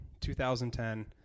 2010